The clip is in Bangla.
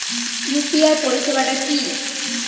ইউ.পি.আই পরিসেবাটা কি?